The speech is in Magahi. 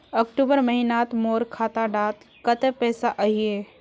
अक्टूबर महीनात मोर खाता डात कत्ते पैसा अहिये?